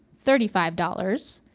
thirty five dollars,